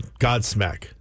Godsmack